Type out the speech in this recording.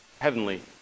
heavenly